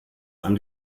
einem